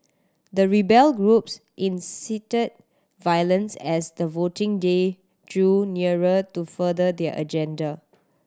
the rebel groups incited violence as the voting day drew nearer to further their agenda